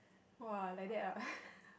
!wah! like that ah